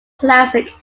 classic